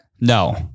No